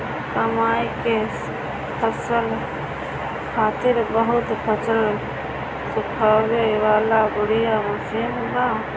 मकई के फसल खातिर बहुते फसल सुखावे वाला बढ़िया मशीन बा